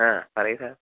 അ പറയൂ സാർ